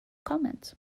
comments